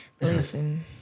Listen